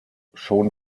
schon